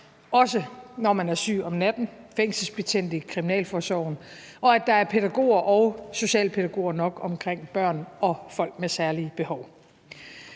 også når man er syg om natten, fængselsbetjente i kriminalforsorgen, og at der er pædagoger og socialpædagoger nok omkring børn og folk med særlige behov.